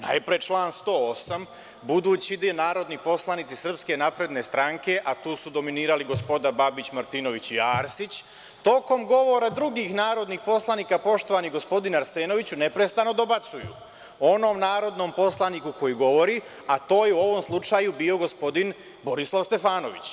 Najpre član 108, budući da narodni poslanici SNS,a tu su dominirali gospoda Babić, Martinović i Arsić, tokom govora drugih narodnih poslanika, poštovani gospodine Arsenoviću, neprestano dobacuju onom narodnom poslaniku koji govori, a to je u ovom slučaju bio gospodin Borislav Stefanović.